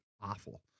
awful